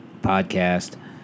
podcast